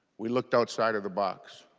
we looked outside of the box.